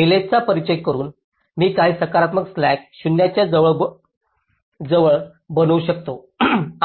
delays चा परिचय करून मी काही सकारात्मक स्लॅक्स 0 च्या जवळ बनवू शकतो